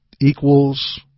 equals